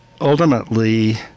Ultimately